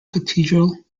cathedral